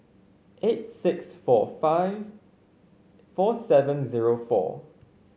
eight six four five four seven zero four